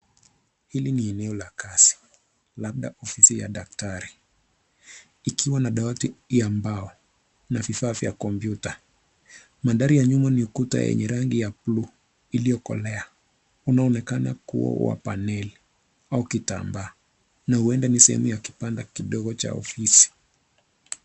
Hili ni eneo la kazi labda ofisi ya daktari ikiwa na dawati ya mbao na vifaa vya kompyuta. Mandhari ya nyuma ni ukuta yenye rangi ya bluu iliyokolea unaoonekana kuwa wa panel au kitambaa na huenda ni sehemu ya kibanda kidogo cha ofisi.